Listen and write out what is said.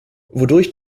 wodurch